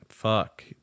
Fuck